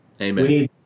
amen